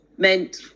meant